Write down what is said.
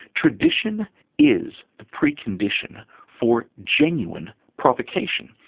tradition is the precondition for genuine provocation.